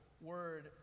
word